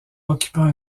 occupant